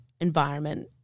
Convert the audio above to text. environment